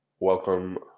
Welcome